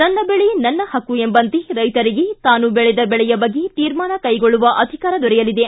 ನನ್ನ ಬೆಳೆ ನನ್ನ ಹಕ್ಕು ಎಂಬಂತೆ ರೈತರಿಗೆ ತಾನು ಬೆಳೆದ ಬೆಳೆಯ ಬಗ್ಗೆ ತೀರ್ಮಾನ ಕೈಗೊಳ್ಳುವ ಅಧಿಕಾರ ದೊರೆಯಲಿದೆ